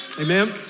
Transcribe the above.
Amen